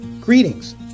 Greetings